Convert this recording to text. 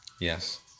Yes